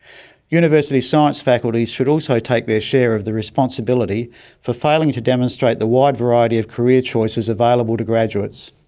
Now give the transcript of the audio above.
university science faculties should also take their share of the responsibility for failing to demonstrate the wide variety of career choices available to graduates.